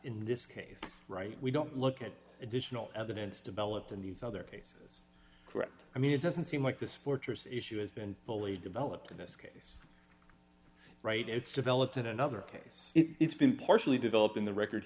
in this case right we don't look at additional evidence developed in these other cases correct i mean it doesn't seem like this fortress issue has been fully developed in this case right it's developed in another case it's been partially developed in the record